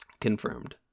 confirmed